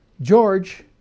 George